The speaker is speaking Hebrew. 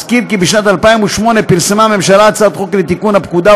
אזכיר כי בשנת 2008 פרסמה הממשלה הצעת חוק לתיקון הפקודה,